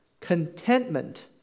contentment